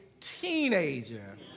teenager